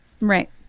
Right